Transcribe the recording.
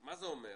מה זה אומר?